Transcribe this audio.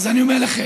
אז אני אומר לכם,